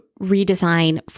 redesign